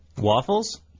Waffles